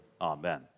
Amen